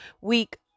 week